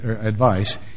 advice